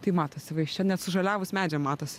tai matosi va iš čia net sužaliavus medžiam matosi